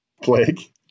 Plague